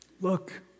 Look